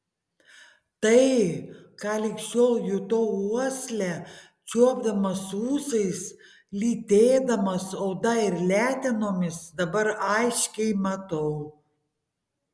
tai ką lig šiol jutau uosle čiuopdamas ūsais lytėdamas oda ir letenomis dabar aiškiai matau